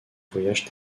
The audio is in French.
voyages